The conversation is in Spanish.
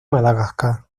madagascar